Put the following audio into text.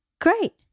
Great